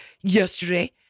yesterday